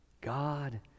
God